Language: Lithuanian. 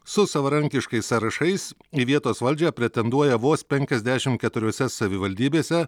su savarankiškais sąrašais į vietos valdžią pretenduoja vos penkiasdešim keturiose savivaldybėse